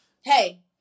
hey